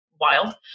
Wild